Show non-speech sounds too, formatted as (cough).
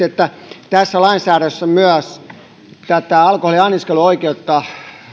(unintelligible) että tässä lainsäädännössä myös alkoholin anniskeluoikeutta